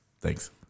Thanks